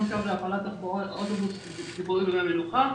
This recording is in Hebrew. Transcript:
קו להפעלת אוטובוס ציבורי בימי המנוחה,